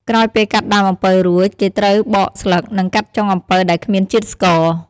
ក្រោយពេលកាត់ដើមអំពៅរួច គេត្រូវបកស្លឹក និងកាត់ចុងអំពៅដែលគ្មានជាតិស្ករ។